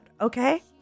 okay